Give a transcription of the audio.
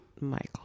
Michael